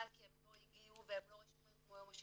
כי הם לא הגיעו והם לא רשומים כמו שצריך.